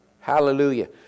Hallelujah